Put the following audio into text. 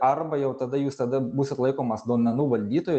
arba jau tada jūs tada būsit laikomas duomenų valdytoju